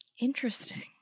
Interesting